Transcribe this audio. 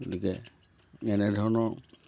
গতিকে এনেধৰণৰ